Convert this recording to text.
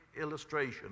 illustration